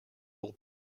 will